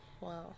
Wow